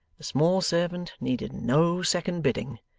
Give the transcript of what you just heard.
the small servant needed no second bidding,